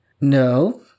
no